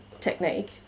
technique